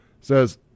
says